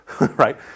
right